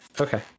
okay